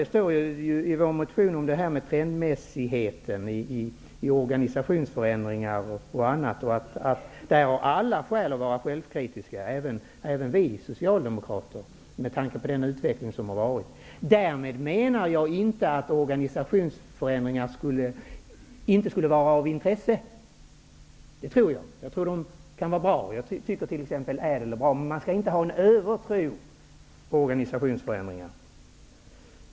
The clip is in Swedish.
Jag håller också med om detta med trendmässigheten i organisationsförändringar och annat. Det står också i vår motion. Vad gäller detta har alla skäl att vara självkritiska, även vi socialdemokrater, med tanke på den utveckling som har varit. Därmed menar jag inte att organisationsförändringar inte är av intresse. Jag tror att de kan vara bra. Jag tycker t.ex. att ÄDEL reformen är bra. Men man skall inte ha någon övertro på organisationsförändringar.